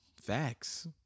Facts